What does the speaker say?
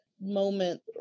moment